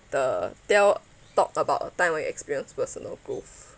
the tell talk about a time when you experience personal growth